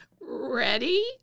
Ready